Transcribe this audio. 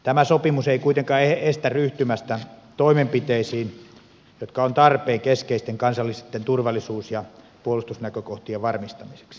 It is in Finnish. tämä sopimus ei kuitenkaan estä ryhtymästä toimenpiteisiin jotka ovat tarpeen keskeisten kansallisten turvallisuus ja puolustusnäkökohtien varmistamiseksi